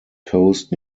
coast